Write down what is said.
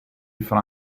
farà